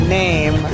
name